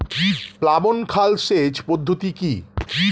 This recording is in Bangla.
প্লাবন খাল সেচ পদ্ধতি কি?